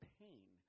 pain